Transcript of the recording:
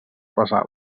pesades